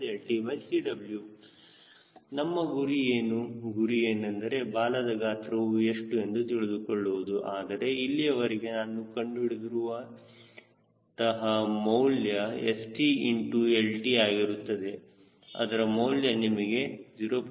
7 StSwltCw ನಮ್ಮ ಗುರಿ ಏನು ಗುರಿ ಏನೆಂದರೆ ಬಾಲದ ಗಾತ್ರವು ಎಷ್ಟು ಎಂದು ತಿಳಿದುಕೊಳ್ಳುವುದು ಆದರೆ ಇಲ್ಲಿಯವರೆಗೆ ನಾವು ಕಂಡುಹಿಡಿದಿರುವ ಅಂತ ಮೌಲ್ಯವು St ಇಂಟು lt ಆಗಿರುತ್ತದೆ ಅದರ ಮೌಲ್ಯ ನಿಮಗೆ 0